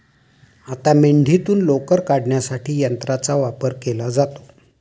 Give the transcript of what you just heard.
आता मेंढीतून लोकर काढण्यासाठी यंत्राचा वापर केला जातो